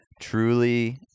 truly